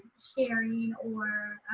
sharing or.